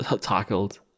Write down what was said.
tackled